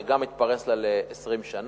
זה גם מתפרס לה על 20 שנה,